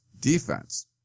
defense